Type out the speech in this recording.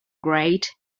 great